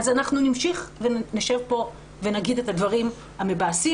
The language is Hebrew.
אז אנחנו נמשיך ונשב פה ונגיד את הדברים המבאסים,